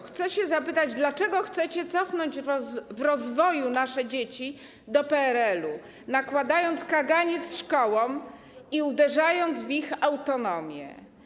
Chcę zapytać, dlaczego chcecie cofnąć w rozwoju nasze dzieci do PRL-u, nakładając kaganiec szkołom i uderzając w ich autonomię.